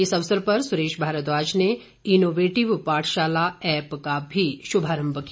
इस अवसर पर सुरेश भारद्वाज ने इनोवेटिव पाठशाला ऐप्प का भी शुभारंभ किया